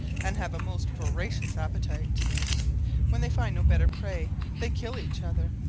and have a most voracious appetite when they find no better prey they kill each other,